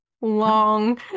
Long